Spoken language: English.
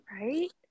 right